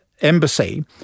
embassy